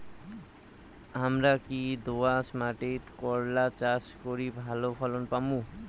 হামরা কি দোয়াস মাতিট করলা চাষ করি ভালো ফলন পামু?